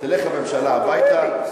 תלך הממשלה הביתה.